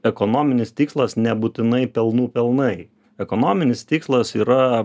ekonominis tikslas nebūtinai pelnų pelnai ekonominis tikslas yra